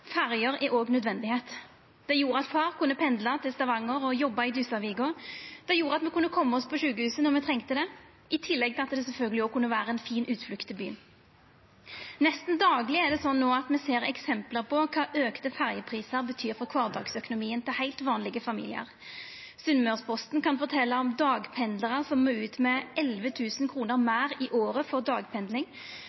ferjer er òg ei nødvendigheit. Det gjorde at far kunne pendla til Stavanger og jobba i Dusavika, det gjorde at me kunne koma oss til sjukehuset når me trong det, i tillegg til at det sjølvsagt òg kunne vera ei fin utflukt til byen. No er det slik at me nesten dagleg ser eksempel på kva auka ferjeprisar betyr for kvardagsøkonomien til heilt vanlege familiar. Sunnmørsposten kan fortelja om dagpendlarar som må ut med 11 000 kr meir i året for dagpendling. Og me